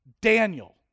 Daniel